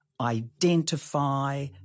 identify